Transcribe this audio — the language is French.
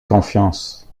confiance